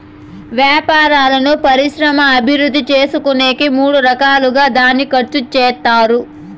వ్యాపారాలను పరిశ్రమల అభివృద్ధి చేసుకునేకి మూడు రకాలుగా దాన్ని ఖర్చు చేత్తారు